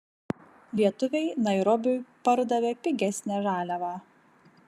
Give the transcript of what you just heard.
lietuviai nairobiui pardavė pigesnę žaliavą